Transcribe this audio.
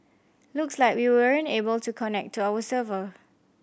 looks like we weren't able to connect to our server